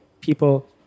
people